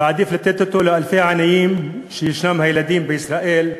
ועדיף לתת אותו לאלפי העניים שיש, הילדים בישראל,